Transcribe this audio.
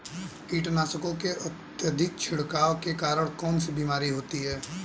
कीटनाशकों के अत्यधिक छिड़काव के कारण कौन सी बीमारी होती है?